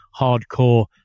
hardcore